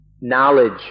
knowledge